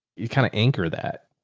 you kind of anchor that,